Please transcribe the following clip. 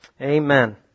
Amen